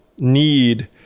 need